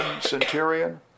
centurion